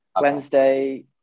Wednesday